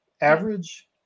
Average